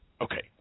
Okay